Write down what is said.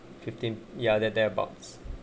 fifteen ya that there abouts